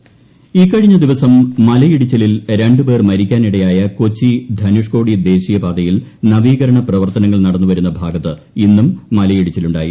Idukki intro ഇക്കഴിഞ്ഞ ദിവസം മലയിടിച്ചിലിൽ രണ്ടുപേർ മരിക്കാനിടയായ കൊച്ചി ധനുഷ്ക്കോടി ദേശീയപാതയിൽ നവീകരണ പ്രവർത്തനങ്ങൾ നടന്നുവരുന്ന ഭാഗത്ത് ഇന്നും മലയിടിച്ചിലുണ്ടായി